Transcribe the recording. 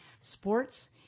sports